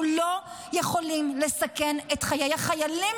אנחנו לא יכולים לסכן את חיי החיילים